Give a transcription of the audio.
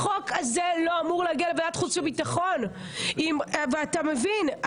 החוק הזה לא אמור להגיע לוועדת חוץ וביטחון ואתה מבין את זה.